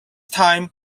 time